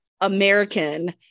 American